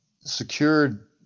secured